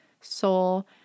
soul